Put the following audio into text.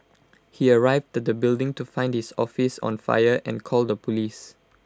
he arrived at the building to find his office on fire and called the Police